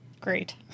Great